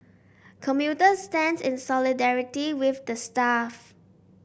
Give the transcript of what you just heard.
commuter stands in solidarity with the staff